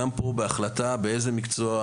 גם פה: בהחלטה באיזה מקצוע,